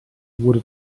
wurde